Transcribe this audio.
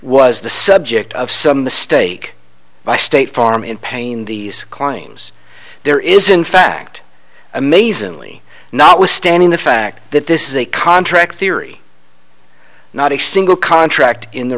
was the subject of some the stake by state farm in pain the claims there is in fact amazingly notwithstanding the fact that this is a contract theory not a single contract in the